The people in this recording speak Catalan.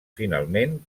finalment